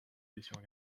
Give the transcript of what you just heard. blessures